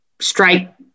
strike